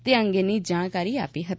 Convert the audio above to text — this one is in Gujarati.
તે અંગેની જાણકારી આપી હતી